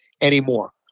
anymore